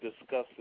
discussing